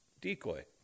decoy